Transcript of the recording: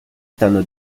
stanno